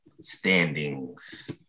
standings